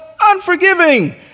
unforgiving